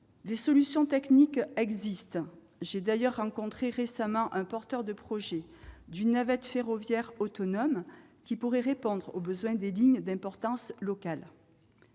Des solutions techniques existent. J'ai rencontré récemment un porteur de projet d'une navette ferroviaire autonome qui pourrait répondre aux besoins des lignes d'importance locale.